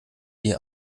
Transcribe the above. die